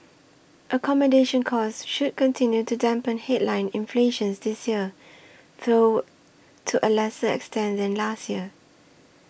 accommodation costs should continue to dampen headline inflation this year though to a lesser extent than last year